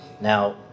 Now